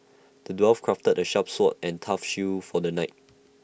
the dwarf crafted A sharp sword and tough shield for the knight